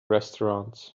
restaurant